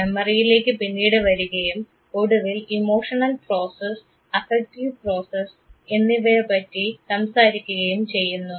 മെമ്മറിയിലേക്ക് പിന്നീട് വരികയും ഒടുവിൽ ഇമോഷണൽ പ്രോസസ് അഫക്ടീവ് പ്രോസസ് എന്നിവയെപറ്റി സംസാരിക്കുകയും ചെയ്യുന്നു